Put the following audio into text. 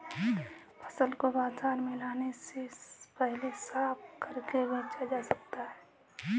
फसल को बाजार में लाने से पहले साफ करके बेचा जा सकता है?